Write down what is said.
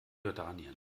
jordanien